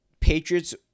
Patriots